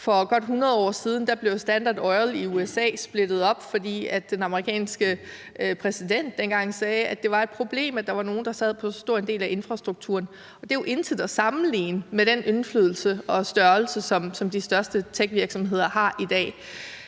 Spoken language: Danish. for godt 100 år siden blev Standard Oil i USA splittet op, fordi den amerikanske præsident dengang sagde, at det var et problem, at der var nogen, der sad på så stor en del af infrastrukturen. Og det er jo intet i sammenligning med den indflydelse og størrelse, som de største techvirksomheder har i dag.